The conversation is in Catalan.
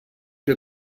que